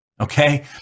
okay